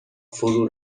فرو